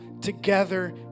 together